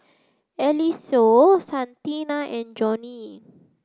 Eliseo Santina and Jonnie